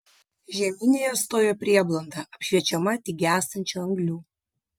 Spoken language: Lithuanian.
žeminėje stojo prieblanda apšviečiama tik gęstančių anglių